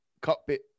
cockpit